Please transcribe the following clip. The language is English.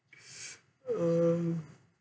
um